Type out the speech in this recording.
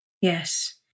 Yes